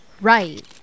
Right